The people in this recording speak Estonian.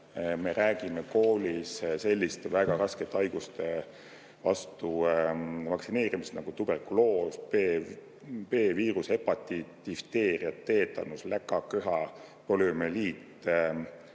me räägime koolis selliste väga raskete haiguste vastu vaktsineerimisest nagu tuberkuloos, B-viirushepatiit, difteeria, teetanus, läkaköha, poliomüeliit,